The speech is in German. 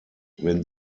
wenn